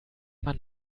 mann